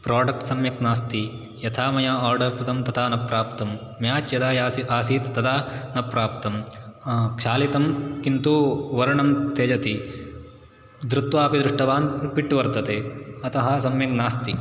product सम्यक् नास्ति यथा मया आर्डर् कृतं तथा न प्राप्तं म्याच् यदा आसीत् तदा न प्राप्तं क्षालितं किन्तु वर्णं त्यजति धृत्वापि दृष्टवान् फ़िट् वर्तते अतः सम्यग्नास्ति